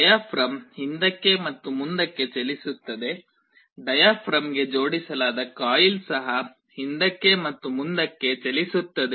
diaphragm ಹಿಂದಕ್ಕೆ ಮತ್ತು ಮುಂದಕ್ಕೆ ಚಲಿಸುತ್ತದೆ ಡಯಾಫ್ರಾಮ್ಗೆ ಜೋಡಿಸಲಾದ ಕಾಯಿಲ್ ಸಹ ಹಿಂದಕ್ಕೆ ಮತ್ತು ಮುಂದಕ್ಕೆ ಚಲಿಸುತ್ತದೆ